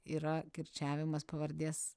yra kirčiavimas pavardės